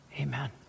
Amen